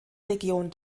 region